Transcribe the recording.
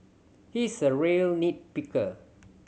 he is a real nit picker